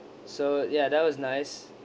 so ya that was nice